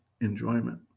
enjoyment